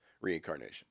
reincarnation